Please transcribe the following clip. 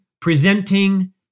presenting